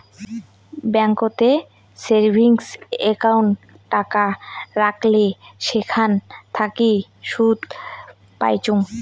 ব্যাংকোতের savings account টাকা রাখলে সেখান থাকি সুদ পাইচুঙ